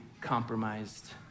Compromised